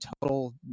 total